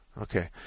Okay